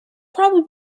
probably